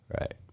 Right